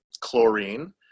chlorine